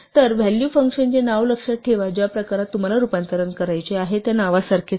तर व्हॅलू फंक्शनचे नाव लक्षात ठेवा ज्या प्रकारात तुम्हाला रूपांतरण करायचे आहे त्या नावासारखेच आहे